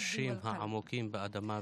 האוצר והזהות והשורשים העמוקים באדמה ובלב.